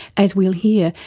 as we'll hear,